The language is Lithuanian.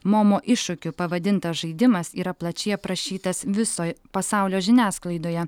momo iššūkiu pavadintas žaidimas yra plačiai aprašytas viso pasaulio žiniasklaidoje